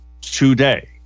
today